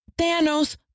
Thanos